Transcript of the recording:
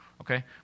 okay